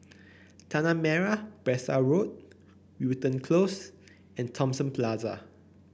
Tanah Merah Besar Road Wilton Close and Thomson Plaza